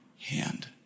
hand